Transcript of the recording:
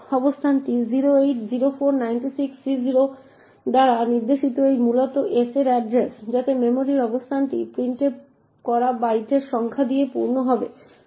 অবস্থানটি 080496C0 দ্বারা নির্দেশিত যা মূলত s এর এড্রেস যাতে মেমরির অবস্থানটি printf প্রিন্ট করা বাইটের সংখ্যা দিয়ে পূর্ণ হবে